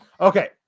Okay